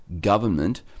government